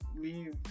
leave